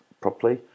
properly